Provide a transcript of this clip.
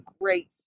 great